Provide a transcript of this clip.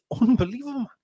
unbelievable